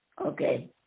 Okay